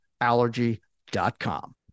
allergy.com